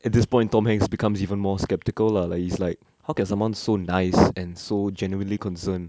at this point tom hanks becomes even more skeptical lah like he's like how can someone so nice and so genuinely concerned